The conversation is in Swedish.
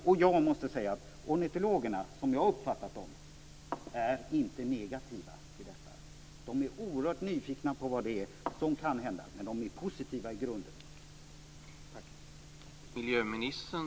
Och jag måste säga att som jag har uppfattat ornitologerna så är de inte negativa till detta. De är oerhört nyfikna på vad det är som kan hända, men de är i grunden positiva.